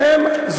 אתה לא עונה.